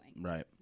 Right